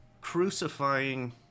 crucifying